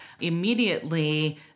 Immediately